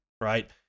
right